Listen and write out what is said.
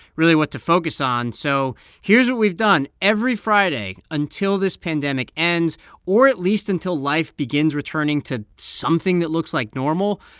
really, what to focus on, so here's what we've done. every friday until this pandemic ends or, at least, until life begins returning to something that looks like normal,